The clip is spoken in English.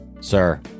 Sir